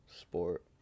sport